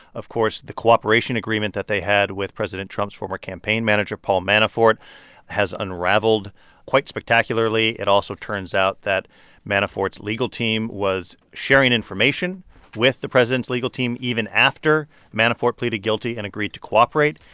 of course, the cooperation agreement that they had with president trump's former campaign manager paul manafort has unraveled quite spectacularly. it also turns out that manafort's legal team was sharing information with the president's legal team even after manafort pleaded guilty and agreed to cooperate.